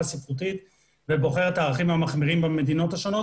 ספרותית ובוחר את הערכים המחמירים במדינות השונות